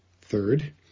Third